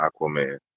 Aquaman